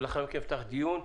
לאחר מכן נפתח את הדיון.